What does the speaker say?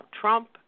Trump